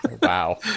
wow